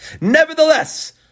nevertheless